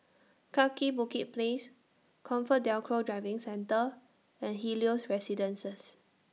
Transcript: Kaki Bukit Place ComfortDelGro Driving Centre and Helios Residences